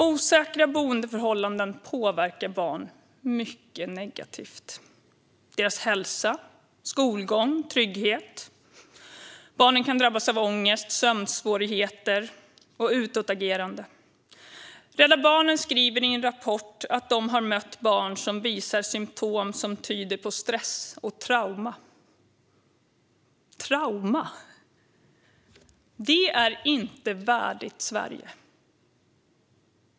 Osäkra boendeförhållanden påverkar barn mycket negativt - deras hälsa, skolgång och trygghet. Barnen kan drabbas av ångest, sömnsvårigheter och utåtagerande. Rädda Barnen skriver i en rapport att de har mött barn som visar symtom som tyder på stress och trauma - trauma! Det är inte värdigt Sverige.